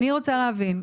אני רוצה להבין,